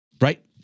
right